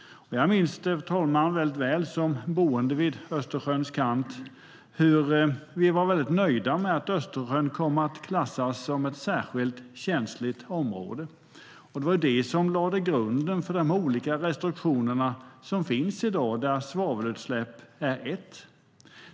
Jag minns det väl, som boende vid Östersjön, att vi var väldigt nöjda med att Östersjön kom att klassas som ett särskilt känsligt område. Det var det som lade grunden för de olika restriktioner som finns i dag, där svavelutsläpp är en del.